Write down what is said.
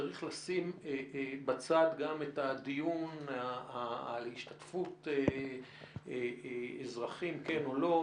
צריך לשים בצד גם את הדיון על השתתפות אזרחים כן או לא.